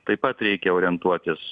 taip pat reikia orientuotis